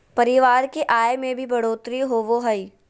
परिवार की आय में भी बढ़ोतरी होबो हइ